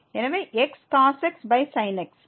எனவே xcos x sin x